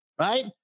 right